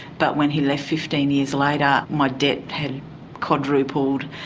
but when he left fifteen years later my debt had quadrupled,